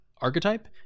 archetype